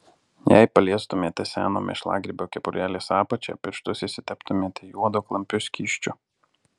jei paliestumėte seno mėšlagrybio kepurėlės apačią pirštus išsiteptumėte juodu klampiu skysčiu